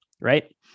Right